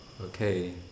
Okay